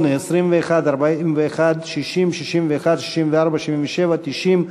8, 21, 41, 60, 61, 64, 77, 90,